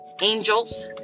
angels